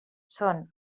són